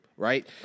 Right